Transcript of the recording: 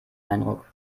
eindruck